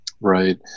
right